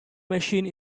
machine